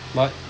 what